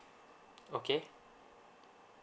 okay